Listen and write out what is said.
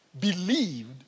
believed